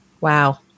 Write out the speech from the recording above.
Wow